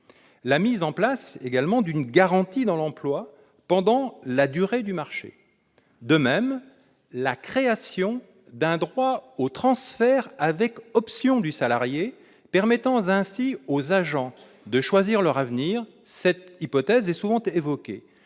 la mise en place d'une garantie de l'emploi pendant la durée du marché. De même, la création d'un droit au transfert avec option du salarié, permettant ainsi aux agents de choisir leur avenir, est souvent évoquée.